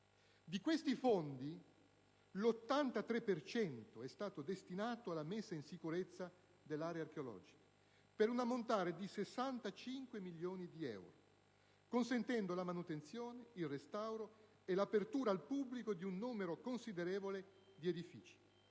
Di questi fondi, l'83 per cento è stato destinato alla messa in sicurezza dell'area archeologica (per un ammontare di 65 milioni di euro), consentendo la manutenzione, il restauro e l'apertura al pubblico di un numero considerevole di edifici.